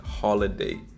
holiday